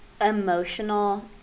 emotional